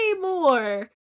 more